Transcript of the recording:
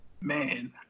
Man